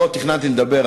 לא תכננתי לדבר,